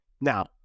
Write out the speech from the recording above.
Now